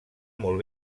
molt